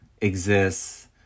exists